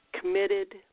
committed